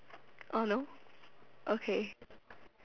oh no okay